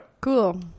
Cool